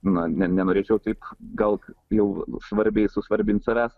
na ne nenorėčiau tik gal jau svarbiai susvarbint savęs